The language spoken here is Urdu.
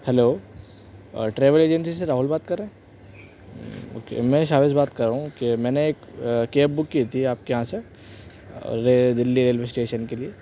ہلو ٹریلول ایجنسی سے راہل بات کر رہے ہیں اوکے میں شاویز بات کر رہا ہوں کہ میں نے ایک کیب بک کی تھی آپ کے یہاں سے دلّی ریلوے اسٹیشن کے لیے